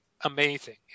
amazing